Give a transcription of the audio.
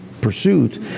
pursuit